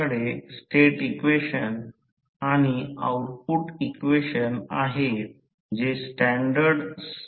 तर इनपुट नंतर x P fl output Wi core loss किंवा लोहाचे लॉस ज्याला आपण Wi म्हणून लोहाचे लॉस किंवा कोर लॉस X2 Wc तर हे समीकरण 5 आहे